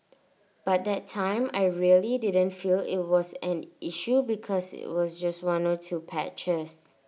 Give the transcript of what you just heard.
but that time I really didn't feel IT was an issue because IT was just one or two patches